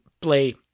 play